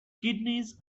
kidneys